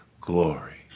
glory